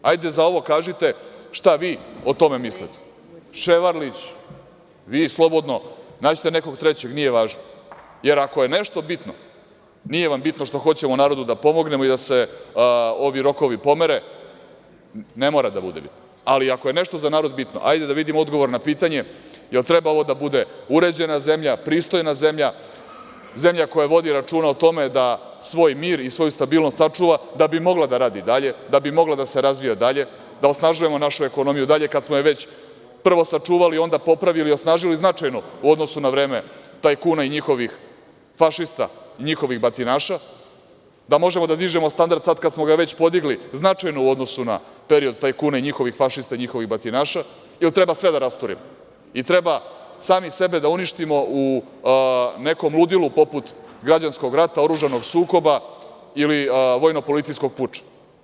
Hajde za ovo kažite šta vi o tome mislite, Ševarlić, vi slobodno, nađite nekog trećeg, nije važno, jer ako je nešto bitno nije vam bitno što hoćemo narodu da pomognemo i da se ovi rokovi pomere, ne mora da bude bitno, ali ako je nešto za narod bitno, hajde da vidimo odgovor na pitanje da li treba ovo da bude uređena zemlja, pristojna zemlja, zemlja koja vodi računa o tome da svoj mir i svoju stabilnost sačuva da bi mogla da radi dalje, da bi mogla da se razvija dalje, da osnažujemo našu ekonomiju dalje kad smo je već prvo sačuvali, onda popravili i osnažili značajno u odnosu na vreme tajkuna i njihovih fašista, njihovih batinaša, da možemo da dižemo standard sad kad smo ga već podigli značajno u odnosu na period tajkuna i njihovih fašista i njihovih batinaša ili treba sve da rasturimo i treba sami sebe da uništimo u nekom ludilu poput građanskog rata, oružanog sukoba ili vojno-policijskog puča?